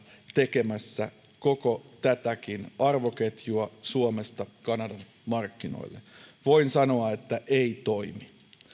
tekemässä koko tätäkin arvoketjua suomesta kanadan markkinoille ja voin sanoa että ei toimi ja